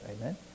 amen